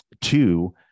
Two